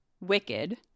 Wicked